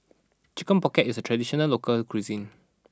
Chicken Pocket is a traditional local cuisine